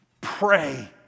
Pray